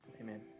Amen